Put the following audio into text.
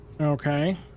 Okay